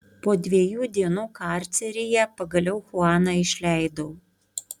po dviejų dienų karceryje pagaliau chuaną išleidau